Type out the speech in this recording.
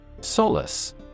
Solace